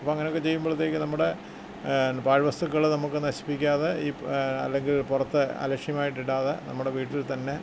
അപ്പം അങ്ങനെയൊക്കെ ചെയ്യുമ്പോളത്തേക്ക് നമ്മുടെ പാഴ് വസ്തുക്കൾ നമുക്ക് നശിപ്പിക്കാതെ ഈ അല്ലെങ്കിൽ പുറത്ത് അലക്ഷ്യമായിട്ട് ഇടാതെ നമ്മുടെ വീട്ടിൽ തന്നെ